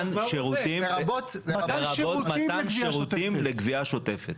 לרבות מתן שירותים לגבייה שוטפת.